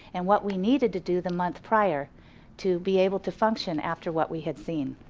and what we needed to do the month prior to be able to function after what we had seen.